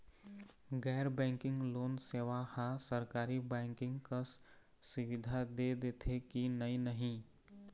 गैर banking loan सेवा हा सरकारी बैंकिंग कस सुविधा दे देथे कि नई नहीं?